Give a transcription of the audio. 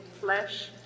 flesh